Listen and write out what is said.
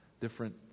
different